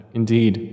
indeed